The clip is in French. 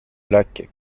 lac